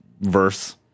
verse